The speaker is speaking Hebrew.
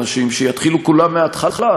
אנשים שיתחילו כולם מהתחלה.